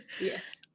yes